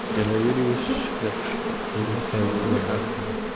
and i really wish that he would find his way out of here